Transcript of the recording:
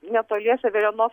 netoliese veliuonos